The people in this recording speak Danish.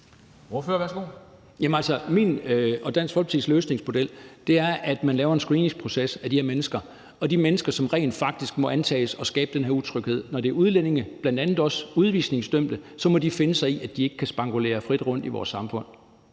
min og Dansk Folkepartis løsningsmodel er, at man lader de her mennesker gennemgå en screeningsproces, og de mennesker, som rent faktisk må antages at skabe den her utryghed, må, når der er tale om udlændinge og bl.a. også udvisningsdømte, finde sig i, at de ikke kan spankulere frit rundt i vores samfund.